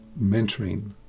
mentoring